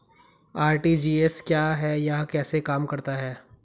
RTGS क्या है यह कैसे काम करता है?